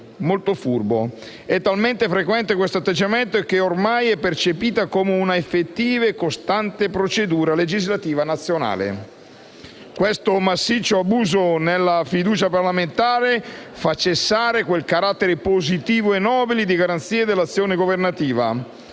la posizione della questione di fiducia è percepita come un'effettiva e costante procedura legislativa nazionale. Questo massiccio abuso della fiducia parlamentare fa cessare quel carattere positivo e nobile di garanzia dell'azione governativa,